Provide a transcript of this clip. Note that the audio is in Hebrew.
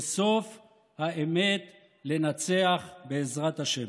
וסוף האמת לנצח, בעזרת השם.